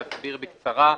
ואסביר בקצרה.